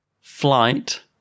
Flight